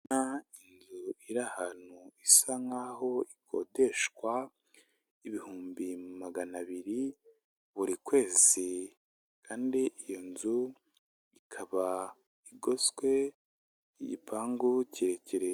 Inzu iri ahantu isa nk'aho ikodeshwa ibihumbi magana abiri buri kwezi, Kandi iyo nzu ikaba igoswe igipangu kirekireye.